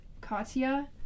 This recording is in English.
katya